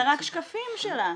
אלא רק שקפים שלה.